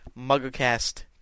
MuggleCast